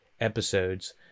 episodes